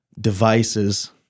devices